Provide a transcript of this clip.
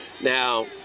Now